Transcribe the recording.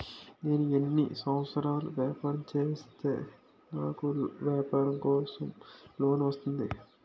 నేను ఎన్ని సంవత్సరాలు వ్యాపారం చేస్తే నాకు వ్యాపారం కోసం లోన్ వస్తుంది?